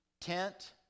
tent